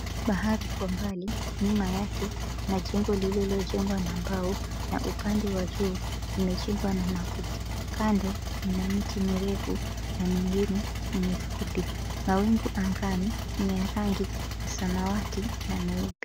Bahari iko mbali. Nyuma yake kuna jengo lililojengwa na mbao, na upande wa juu imejengwa na makuti. Kando mna miti mirefu na mingine ya mifupi. Mawingu angani ni ya rangi ya samawati na meupe.